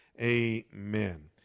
Amen